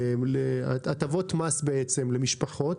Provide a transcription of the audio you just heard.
הטבות מס למשפחות,